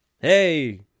Hey